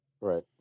Right